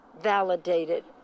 validated